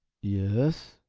yes?